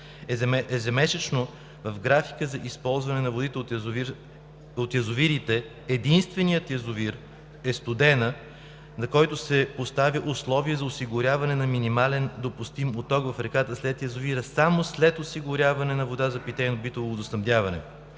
Ежемесечно в графика за използване на води от язовирите „Студена“ е единственият язовир, на който се поставя условие за осигуряване на минимален допустим отток в реката от язовира, само след осигуряване на вода за питейно-битово водоснабдяване;